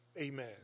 amen